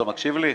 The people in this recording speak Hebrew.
אתה מקשיב לי?